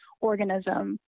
organism